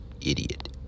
idiot